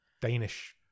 Danish